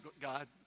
God